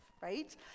right